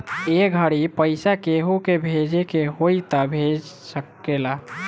ए घड़ी पइसा केहु के भेजे के होई त भेज सकेल